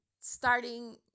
starting